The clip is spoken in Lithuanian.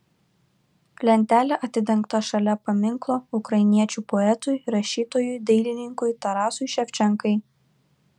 lentelė atidengta šalia paminklo ukrainiečių poetui rašytojui dailininkui tarasui ševčenkai